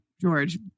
George